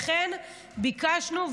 לכן ביקשנו,